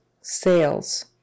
sales